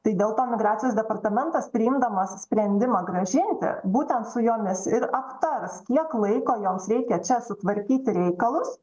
tai dėl to migracijos departamentas priimdamas sprendimą grąžinti būtent su jomis ir aptars kiek laiko joms reikia čia sutvarkyti reikalus